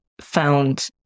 found